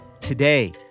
today